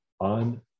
on